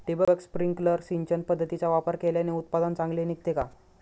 ठिबक, स्प्रिंकल सिंचन पद्धतीचा वापर केल्याने उत्पादन चांगले निघते का?